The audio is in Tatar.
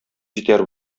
җитәр